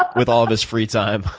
ah with all of his free time,